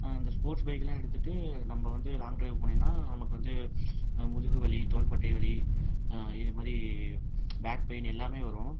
இந்த ஸ்போர்ட்ஸ் பைக்கெல்லாம் எடுத்துகிட்டு நம்ப வந்து லாங் ட்ரைவ் போனீங்கன்னால் நமக்கு வந்து முதுகு வலி தோள்பட்டை வலி இது மாதிரி பேக் பெயின் எல்லாமே வரும்